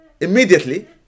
immediately